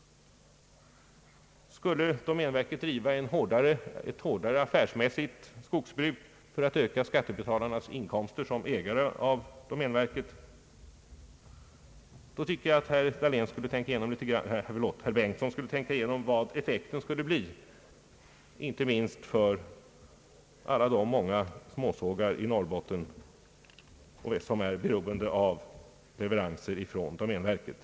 Jag tycker att herr Bengtson borde tänka igenom litet grand vilken effekt det skulle få, om domänverket skulle driva ett hårdare affärsmässigt skogsbruk för att öka skattebetalarnas inkomster som ägare av domänverket, inte minst för alla de många småsågar i Norrbotten som är beroende av leveranser från domänverket.